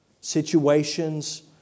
situations